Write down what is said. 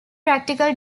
practical